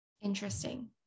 Interesting